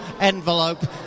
envelope